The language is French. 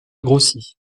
grossi